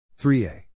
3a